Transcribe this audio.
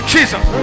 Jesus